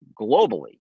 globally